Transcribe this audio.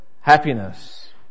happiness